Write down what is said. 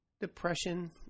depression